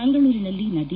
ಮಂಗಳೂರಿನಲ್ಲಿ ನದಿ